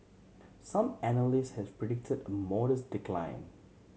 some analyst had predicted a modest decline